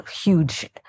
huge